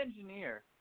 engineer